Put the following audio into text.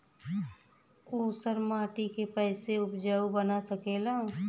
ऊसर माटी के फैसे उपजाऊ बना सकेला जा?